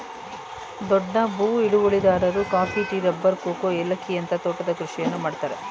ದೊಡ್ಡ ಭೂ ಹಿಡುವಳಿದಾರರು ಕಾಫಿ, ಟೀ, ರಬ್ಬರ್, ಕೋಕೋ, ಏಲಕ್ಕಿಯಂತ ತೋಟದ ಕೃಷಿಯನ್ನು ಮಾಡ್ತರೆ